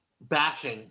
bashing